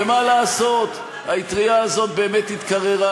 ומה לעשות, האטרייה הזאת באמת התקררה,